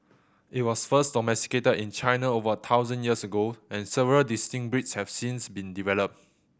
it was first domesticated in China over thousand years ago and several distinct breeds have since been developed